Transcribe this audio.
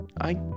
I-